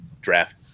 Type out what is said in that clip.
draft